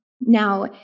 Now